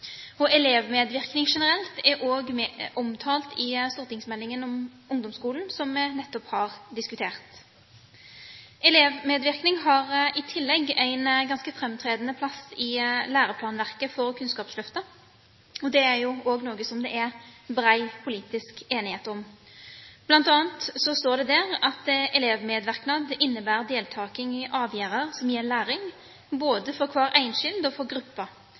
Elevmedvirkning generelt er også omtalt i stortingsmeldingen om ungdomsskolen som vi nettopp har diskutert. Elevmedvirkning har i tillegg en ganske framtredende plass i læreplanverket for Kunnskapsløftet, og det er også noe som det er bred politisk enighet om. Der står det bl.a.: «Elevmedverknad inneber deltaking i avgjerder som gjeld læring, både for kvar einskild og for